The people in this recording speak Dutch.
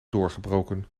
doorgebroken